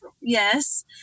Yes